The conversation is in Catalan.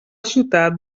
ciutat